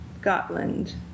Scotland